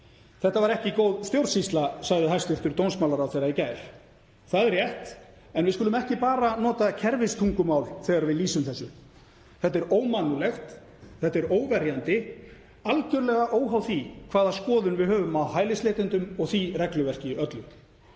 Þetta var ekki góð stjórnsýsla, sagði hæstv. dómsmálaráðherra í gær. Það er rétt. En við skulum ekki bara nota kerfistungumál þegar við lýsum þessu. Þetta er ómannúðlegt, þetta er óverjandi algjörlega óháð því hvaða skoðun við höfum á hælisleitendum og því regluverki öllu.